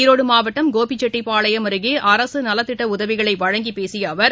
ஈரோடுமாவட்டம் Gobichettipalayam அருகேஅரசுநலத்திட்டஉதவிகளைவழங்கிபேசியஅவர்